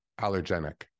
allergenic